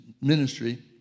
ministry